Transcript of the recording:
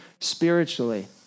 spiritually